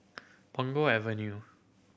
Punggol Avenue